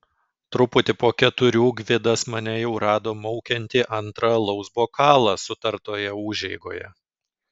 truputį po keturių gvidas mane jau rado maukiantį antrą alaus bokalą sutartoje užeigoje